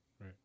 Right